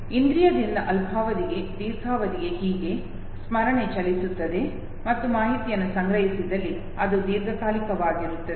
ಇಂದ್ರಿಯದಿಂದ ಅಲ್ಪಾವಧಿಗೆ ದೀರ್ಘಾವಧಿಗೆ ಹೀಗೆ ಸ್ಮರಣೆ ಚಲಿಸುತ್ತದೆ ಮತ್ತು ಮಾಹಿತಿಯನ್ನು ಸಂಗ್ರಹಿಸಿದಲ್ಲಿ ಅದು ದೀರ್ಘಕಾಲಿಕವಾಗಿರುತ್ತದೆ